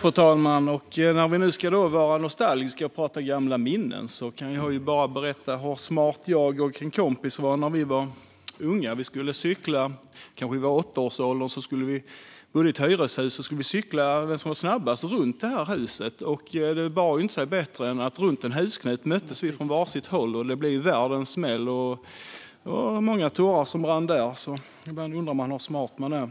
Fru talman! Om vi ska vara nostalgiska och prata gamla minnen kan jag berätta hur smarta jag och en kompis var när vi var unga. Vi var i kanske åttaårsåldern och bodde i ett hyreshus, och vi skulle se vem som cyklade snabbast runt huset. Det bar sig inte bättre än att vi möttes från varsitt håll runt en husknut, och det blev världens smäll. Det var många tårar som rann där. Ibland undrar man hur smart man är!